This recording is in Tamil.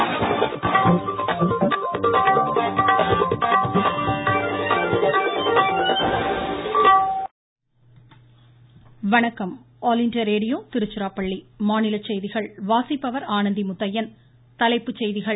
Parameswaran All India Radio Tiruchirappalli மாநிலச் செய்திகள் தலைப்புச் செய்திகள்